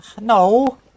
No